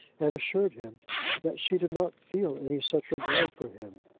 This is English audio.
and assured him that she did not feel any such regard for him.